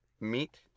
Meat